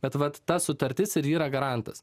bet vat ta sutartis ir yra garantas